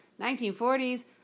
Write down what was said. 1940s